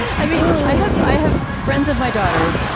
i mean, i have i have friends of my daughter,